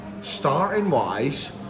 starting-wise